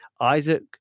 Isaac